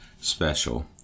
special